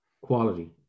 quality